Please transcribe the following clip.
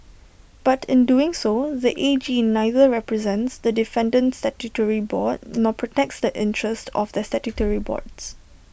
but in doing so the A G neither represents the defendant statutory board nor protects the interests of the statutory board